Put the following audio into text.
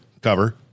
cover